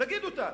להגיד אותה.